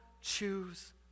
choose